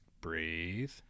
breathe